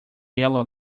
yellow